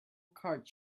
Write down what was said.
card